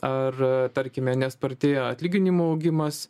ar tarkime nespartėja atlyginimų augimas